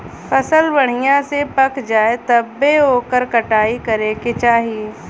फसल बढ़िया से पक जाये तब्बे ओकर कटाई करे के चाही